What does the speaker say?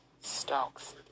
stalks